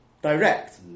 Direct